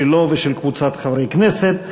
שלו ושל קבוצת חברי הכנסת.